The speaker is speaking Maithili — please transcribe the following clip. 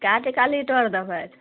कए टका लीटर देबै